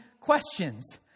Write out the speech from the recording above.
questions